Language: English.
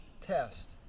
test